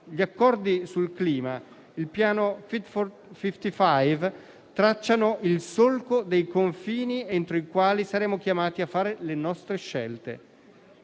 gli accordi sul clima e il piano Fit for 55 tracciano il solco dei confini entro i quali saremo chiamati a fare le nostre scelte.